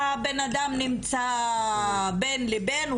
יכול להיות שהאדם נמצא בין לבין,